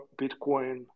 Bitcoin